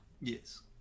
yes